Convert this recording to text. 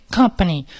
company